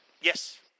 Yes